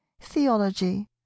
theology